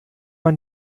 man